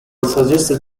suggested